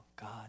God